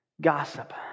Gossip